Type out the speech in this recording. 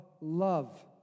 love